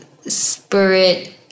spirit